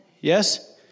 Yes